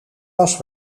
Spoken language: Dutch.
was